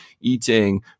eating